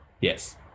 yes